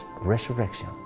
resurrection